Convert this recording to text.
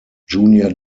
junior